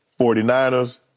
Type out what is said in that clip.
49ers